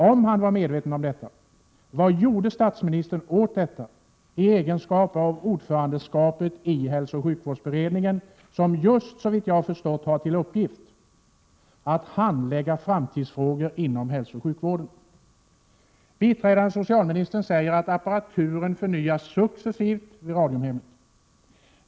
Om han var medveten om detta, vad gjorde då statsministern åt detta i sin egenskap av ordförande i hälsooch sjukvårdsberedningen som just, såvitt jag förstått, har till uppgift att handlägga framtidsfrågor inom hälsooch sjukvården? Biträdande socialministern säger att apparaturen förnyas successivt vid Radiumhemmet.